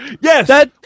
yes